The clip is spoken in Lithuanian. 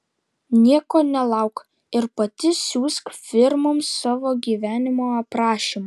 nieko nelauk ir pati siųsk firmoms savo gyvenimo aprašymą